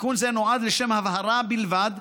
תיקון זה נועד לשם הבהרה בלבד,